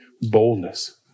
boldness